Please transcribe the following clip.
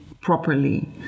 properly